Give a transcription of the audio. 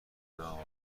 مغازه